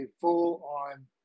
full-on